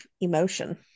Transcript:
emotion